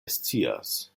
scias